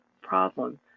problem